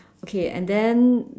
okay and then